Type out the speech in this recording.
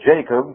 Jacob